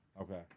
Okay